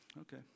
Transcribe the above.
okay